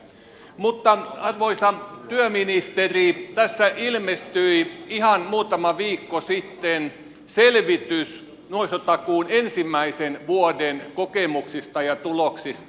mutta arvoisa työministeri tässä ilmestyi ihan muutama viikko sitten selvitys nuorisotakuun ensimmäisen vuoden kokemuksista ja tuloksista